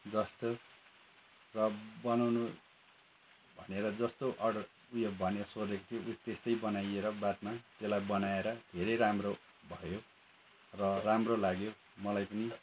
जस्तो र बनाउनु भनेर जस्तो अर्डर उयो भनेर सोधेको थियो त्यस्तै बनाएर बादमा त्यसलाई बनाएर धेरै राम्रो भयो र राम्रो लाग्यो मलाई पनि